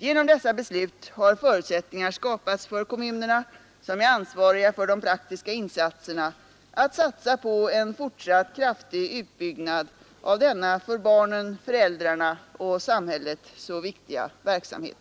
Genom dessa beslut har förutsättningar skapats för kommunerna, som är ansvariga för de praktiska insatserna, att satsa på en fortsatt kraftig utbyggnad av denna för barnen, föräldrarna och samhället så viktiga verksamhet.